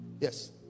Yes